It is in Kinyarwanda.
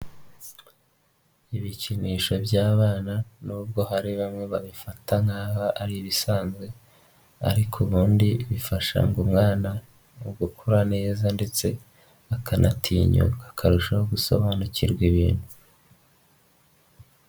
Ibikinisho by'abana n'ubwo hari bamwe babifata nk'aho ari ibisanzwe ariko ubundi bifasha umwana mu gukura neza ndetse akanatinyuka akarushaho gusobanukirwa ibintu.